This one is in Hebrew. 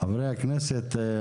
חברי הכנסת,